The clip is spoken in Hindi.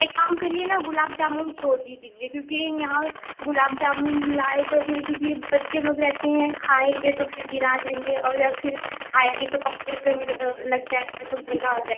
एक काम करिए न गुलाब जामुन छोड़ दीजिए क्योंकि यहाँ गुलाब जामुन लाए तो फिर क्योंकि ये बच्चे लोग रहेते हैं खाएंगे तो फिर गिरा देंगे और या फिर खाएंगे तो कपड़े ओपड़े में लग जाएगा तो गंदा हो जाएगा